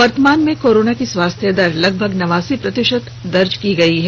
वर्तमान में कोरोना की स्वास्थ्य दर लगभग नवासी प्रतिशत दर्ज की गई है